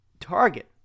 target